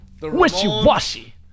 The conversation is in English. wishy-washy